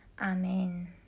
Amen